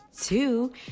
two